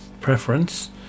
preference